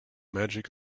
magic